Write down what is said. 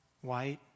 white